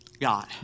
God